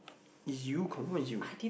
it's you confirm is you